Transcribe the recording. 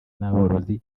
n’aborozi